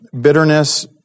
bitterness